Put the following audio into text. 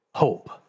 Hope